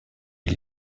ils